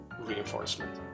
reinforcement